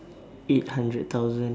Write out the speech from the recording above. eight hundred thousand